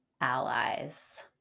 allies